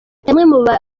bamwe